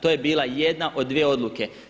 To je bila jedna od dvije odluke.